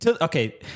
okay